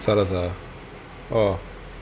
salavar orh